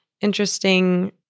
interesting